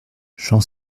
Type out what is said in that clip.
j’en